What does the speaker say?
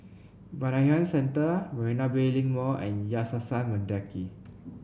Bayanihan Centre Marina Bay Link Mall and Yayasan Mendaki